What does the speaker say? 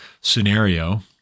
scenario